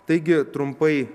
taigi trumpai